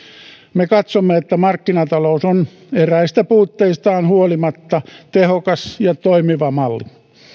me katsomme että markkinatalous on eräistä puutteistaan huolimatta tehokas ja toimiva malli